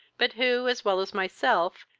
but who, as well as myself,